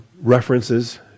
References